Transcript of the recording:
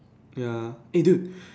ya eh dude